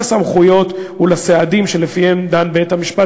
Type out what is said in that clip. לסמכויות ולסעדים שלפיהם דן בית-המשפט